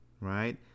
right